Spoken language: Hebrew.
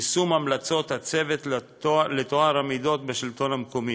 יישום המלצות הצוות לטוהר המידות בשלטון המקומי.